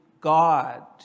God